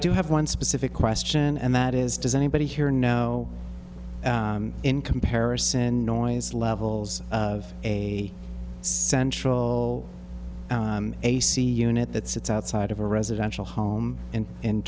do have one specific question and that is does anybody here know in comparison noise levels of a central ac unit that sits outside of a residential home and in